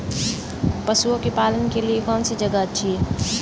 पशुओं के पालन के लिए कौनसी जगह अच्छी है?